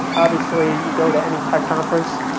obviously, you go to any tech conference,